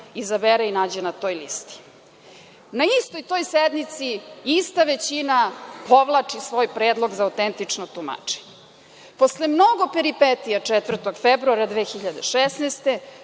izabere i nađe na toj listi. Na istoj toj sednici, ista većina povlači svoj predlog za autentično tumačenje. Posle mnogo peripetija, 4. februara 2016.